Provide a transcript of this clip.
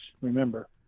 remember